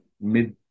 mid